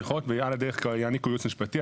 ועל הדרך כבר יעניקו ייעוץ משפטי.